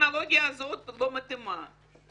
הטרמינולוגיה הזאת לא מתאימה.